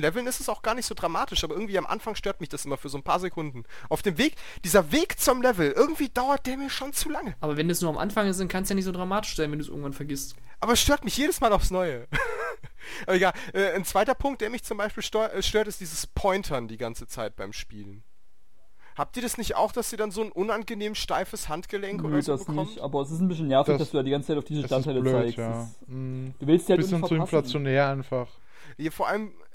Leveln ist es auch gar nicht so dramatisch, aber irgendwie am Anfang stört mich das immer für so ein paar Sekunden. Auf dem Weg- dieser Weg zum Level, irgendwie dauert der mir schon zu lange. Aber wenn das nur am Anfang ist, dann kann's ja nicht so dramatisch sein, wenn du's irgendwann vergisst. Aber es stört mich jedes Mal aufs Neue. Aber egal. Äh, ein zweiter Punkt, der mich zum Beispiel stor- äh, stört, ist dieses Pointern die ganze Zeit beim Spielen. Habt ihr das nicht auch, dass ihr dann so ein unangenehm steifes Handgelenk oder Nö, so das nicht. bekommt? Aber es ist ein bisschen nervig, Das- dass du da die ganze Zeit auf diese Das ist Standteile blöd, zeigst. ja. Das- Mm. Du willst die halt Bisschen nicht zu verpassen. inflationär einfach. Ihr- vor allem,